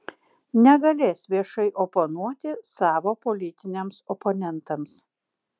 negalės viešai oponuoti savo politiniams oponentams